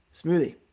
smoothie